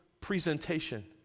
presentation